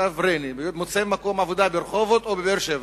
אם הוא מוצא מקום עבודה ברחובות או בבאר-שבע,